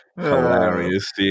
hilarious